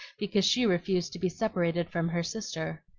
because she refused to be separated from her sister.